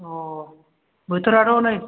अ बोथोराथ' नै